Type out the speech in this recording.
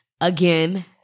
again